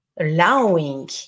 allowing